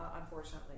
unfortunately